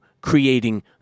creating